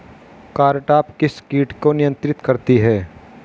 Cartap किस किट को नियंत्रित करती है?